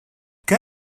què